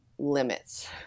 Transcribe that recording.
limits